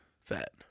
Fat